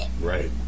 Right